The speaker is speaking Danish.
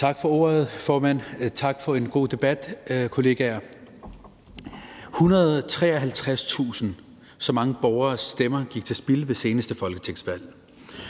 Tak for ordet, formand. Tak for en god debat, kollegaer. 153.000 stemmer – så mange borgeres stemmer gik til spilde ved seneste folketingsvalg.